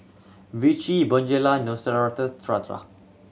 Vichy Bonjela